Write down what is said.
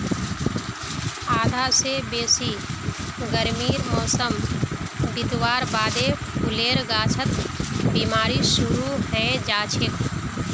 आधा स बेसी गर्मीर मौसम बितवार बादे फूलेर गाछत बिमारी शुरू हैं जाछेक